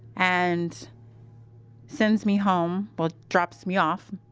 and sends me home well, drops me off.